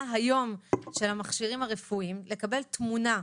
היום של המכשירים הרפואיים ולקבל תמונה.